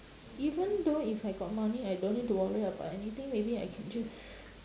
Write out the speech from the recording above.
even though if I got money I don't need to worry about anything maybe I can just